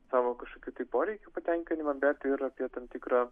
savo kažkokių tai poreikių patenkinimą bet ir apie tam tikrą